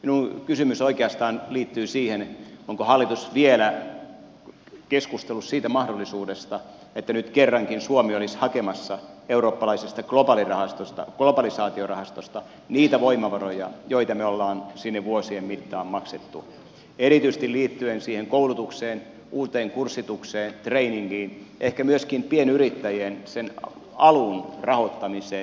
minun kysymykseni oikeastaan liittyy siihen onko hallitus vielä keskustellut siitä mahdollisuudesta että nyt kerrankin suomi olisi hakemassa eurooppalaisesta globalisaatiorahastosta niitä voimavaroja joita me olemme sinne vuosien mittaan maksaneet erityisesti liittyen siihen koulutukseen uuteen kurssitukseen trainingiin ehkä myöskin pienyrittäjien alun rahoittamiseen